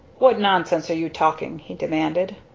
what nonsense are you talking? he demanded.